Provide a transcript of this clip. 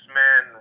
man